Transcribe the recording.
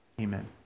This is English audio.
Amen